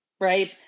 right